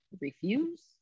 refuse